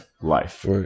life